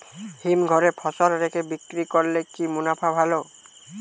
হিমঘরে ফসল রেখে বিক্রি করলে কি মুনাফা ভালো?